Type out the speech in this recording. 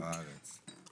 בארץ?